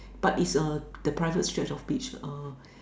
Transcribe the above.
but it's uh the private stretch of beach uh